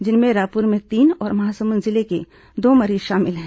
जिनमें रायपुर में तीन और महासमुंद जिले के दो मरीज शामिल हैं